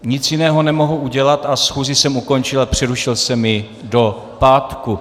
Nic jiného nemohu udělat a schůzi jsem ukončil a přerušil jsem ji do pátku.